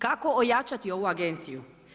Kako ojačati ovu Agenciju?